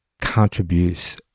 contributes